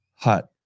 Hut